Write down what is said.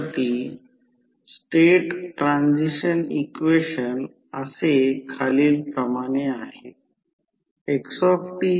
तर हे एक स्टेप डाऊन ट्रान्सफॉर्मर आहे म्हणून प्रत्यक्षात N1 N2 6 V1 V2